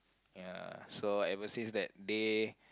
ya so ever since that day